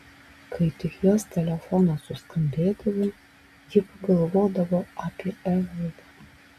kai tik jos telefonas suskambėdavo ji pagalvodavo apie evaldą